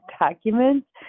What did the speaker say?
documents